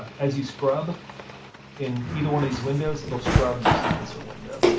as you scrub in either one of these windows, it'll scrub your sequencer window.